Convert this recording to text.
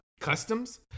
customs